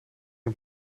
een